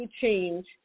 change